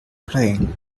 playing